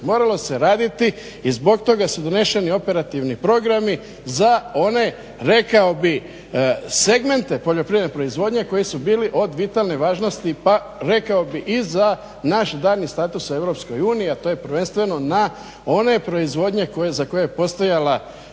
Moralo se raditi i zbog toga se doneseni operativni programi za one rekao bih segmente poljoprivredne proizvodnje koji su bili od vitalne važnosti pa rekao bih i za naš daljnji status u EU, a to je prvenstveno na one proizvodnje za koje je postojala